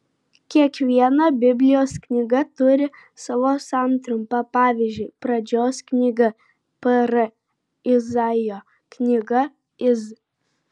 kiekviena biblijos knyga turi savo santrumpą pavyzdžiui pradžios knyga pr izaijo knyga iz